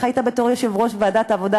איך היית אומר בתור יושב-ראש ועדת העבודה,